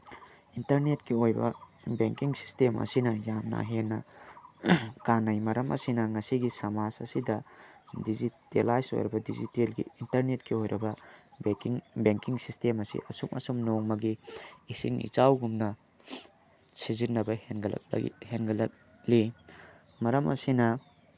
ꯏꯟꯇꯔꯅꯦꯠꯀꯤ ꯑꯣꯏꯕ banking system ꯑꯁꯤꯅ ꯌꯥꯝꯅ ꯍꯦꯟꯅ ꯀꯥꯅꯩ ꯃꯔꯝ ꯑꯁꯤꯅ ꯉꯁꯤꯒꯤ ꯁꯃꯥꯖ ꯑꯁꯤꯗ ꯗꯤꯖꯤꯇꯦꯂꯥꯏꯖ ꯑꯣꯏꯔꯕ ꯗꯤꯖꯤꯇꯦꯜꯒꯤ ꯏꯟꯇꯔꯅꯦꯠꯀꯤ ꯑꯣꯏꯔꯕ ꯕꯦꯡꯀꯤꯡ ꯁꯤꯁꯇꯦꯝ ꯑꯁꯤ ꯑꯁꯨꯝ ꯑꯁꯨꯝ ꯅꯣꯡꯃꯒꯤ ꯏꯁꯤꯡ ꯏꯆꯥꯎꯒꯨꯝꯅ ꯁꯤꯖꯤꯟꯅꯕ ꯍꯦꯟꯒꯠꯂꯛꯂꯤ ꯃꯔꯝ ꯑꯁꯤꯅ